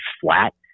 flat